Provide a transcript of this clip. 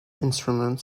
instrument